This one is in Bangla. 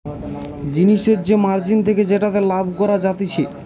জিনিসের যে মার্জিন থাকে যেটাতে লাভ করা যাতিছে